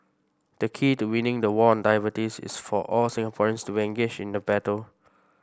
the key to winning the war on diabetes is for all Singaporeans to be engaged in the battle